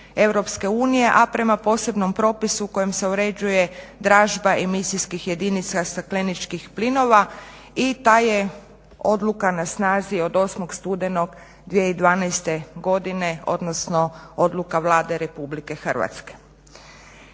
a prema posebnom propisu kojim se uređuje dražba emisijskih jedinica stakleničkih plinova i ta je odluka na snazi od 8.studenog 2012.godine odnosno odluka Vlade RH.